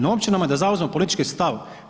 Na općinama je da zauzmu politički stav.